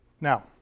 Now